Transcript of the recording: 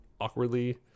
awkwardly